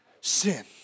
sin